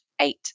eight